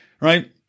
Right